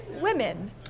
women